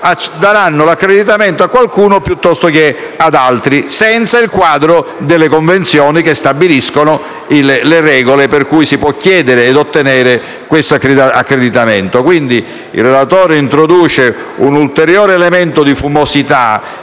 daranno l'accreditamento a qualcuno piuttosto che ad altri, senza il quadro delle convenzioni che stabiliscono le regole per cui si può chiedere ed ottenere questo accreditamento. Il relatore introduce quindi un ulteriore elemento di fumosità,